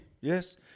yes